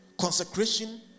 consecration